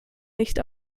nicht